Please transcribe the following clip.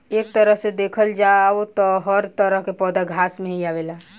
एक तरह से देखल जाव त हर तरह के पौधा घास में ही आवेला